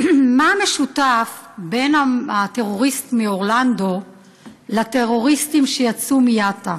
מה משותף לטרוריסט מאורלנדו ולטרוריסטים שיצאו מיטא?